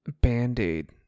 band-aid